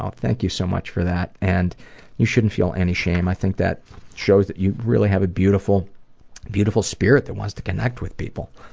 um thank you so much for that and you shouldn't feel any shame. i think that shows that you really have a beautiful beautiful spirit that wants to connect with people.